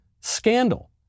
scandal